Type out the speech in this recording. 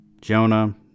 Jonah